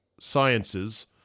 Sciences